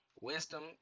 wisdom